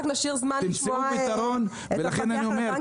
רק נשאיר זמן לשמוע את המפקח על הבנקים.